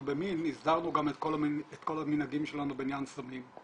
במין הסדרנו גם את כל המנהגים שלנו בעניין סמים.